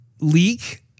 leak